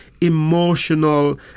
emotional